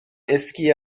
اسکی